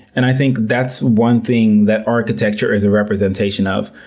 and i think that's one thing that architecture is a representation of.